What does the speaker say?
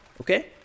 okay